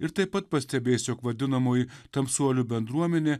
ir taip pat pastebės jog vadinamoji tamsuolių bendruomenė